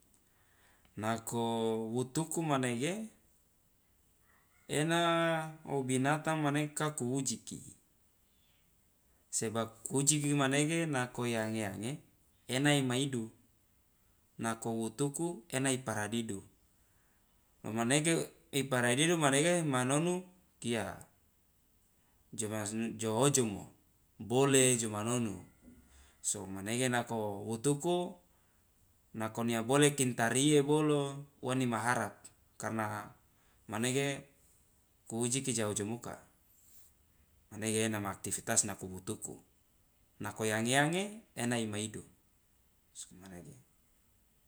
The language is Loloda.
Nako wutuku manege ena obinatang manege ka kuujiki sebab kuujiki manege nako iange ange ena ima idu nako iwutuku ena iparadidu lo manege iparadidu manege manonu kia joojomo bole joma nonu so komanege nako wutuku nako nia bole kintarie bolo uwa nimaharap karna manege kuuijiki ja ojomoka manege ena ma aktivitas nako wutuku nako iange ange ena ima idu sokomanege.